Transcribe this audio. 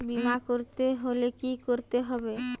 বিমা করতে হলে কি করতে হবে?